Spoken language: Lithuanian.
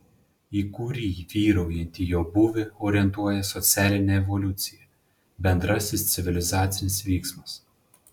į kurį vyraujantį jo būvį orientuoja socialinė evoliucija bendrasis civilizacinis vyksmas